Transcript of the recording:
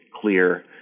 clear